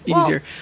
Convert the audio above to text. easier